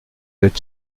êtes